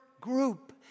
group